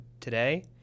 today